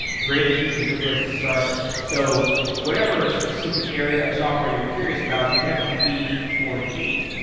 greatest hits is a good place to start. so whatever specific area of software you're curious about, we have a feed for you.